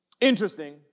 interesting